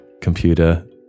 computer